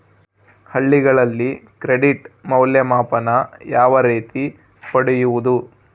ಹಳ್ಳಿಗಳಲ್ಲಿ ಕ್ರೆಡಿಟ್ ಮೌಲ್ಯಮಾಪನ ಯಾವ ರೇತಿ ಪಡೆಯುವುದು?